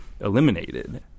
eliminated